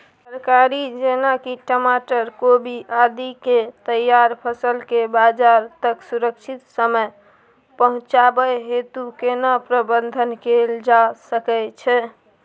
तरकारी जेना की टमाटर, कोबी आदि के तैयार फसल के बाजार तक सुरक्षित समय पहुँचाबै हेतु केना प्रबंधन कैल जा सकै छै?